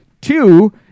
Two